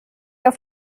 auf